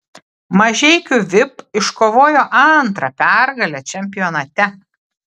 mažeikių vip iškovojo antrą pergalę čempionate